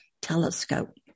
telescope